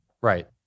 right